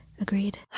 Agreed